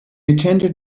attended